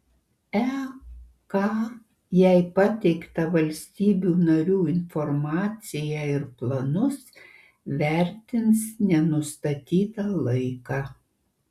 ek jai pateiktą valstybių narių informaciją ir planus vertins nenustatytą laiką